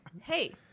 Hey